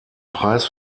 preis